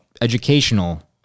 educational